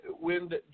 wind